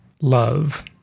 love